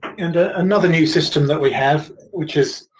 and ah another new system that we have, which is